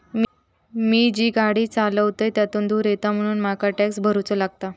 मी जी गाडी चालवतय त्यातुन धुर येता म्हणून मका टॅक्स भरुचो लागता